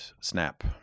snap